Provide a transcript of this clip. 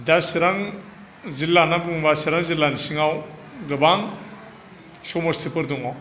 दा सिरां जिल्ला होननानै बुङोबा सिरां जिल्लानि सिङाव गोबां समस्थिफोर दङ